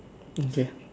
okay ah